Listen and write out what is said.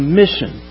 mission